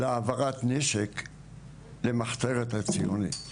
להעברת נשק למחתרת הציונית ונעצר.